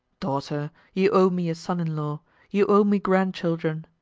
daughter, you owe me a son-in-law you owe me grandchildren.